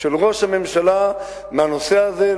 של ראש הממשלה מהנושא הזה,